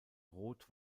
rot